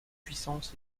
puissance